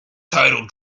total